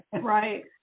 Right